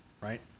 right